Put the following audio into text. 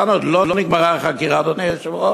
כאן עוד לא נגמרה החקירה, אדוני היושב-ראש,